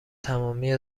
تمامی